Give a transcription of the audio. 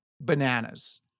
bananas